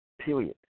period